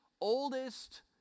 oldest